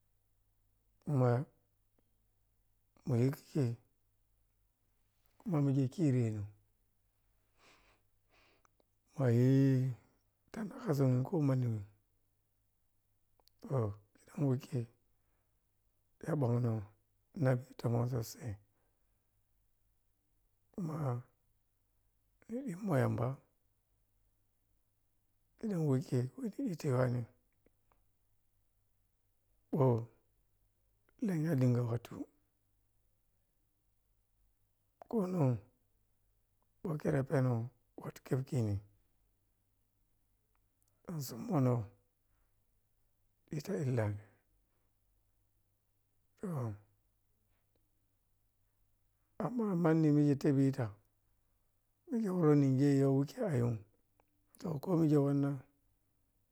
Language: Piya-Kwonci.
Ma muyi kha khe mamighi khireni ma yi tamba zun ko manni weh to khidan wikhe ta ɓonno na tomen so sai ɗinmo yamba khidan wikhe ɗita wane kho lenya dinga wattu kho nonh kho kere phenon wattu khep khinin sammo no ɗila illanih to amma manni weh tabi ta mike weh wikhe a yum bo ko mike wanna.